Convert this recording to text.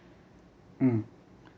mm